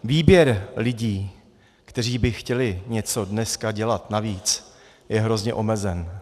Výběr lidí, kteří by chtěli něco dneska dělat navíc, je hrozně omezen.